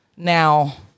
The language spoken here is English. now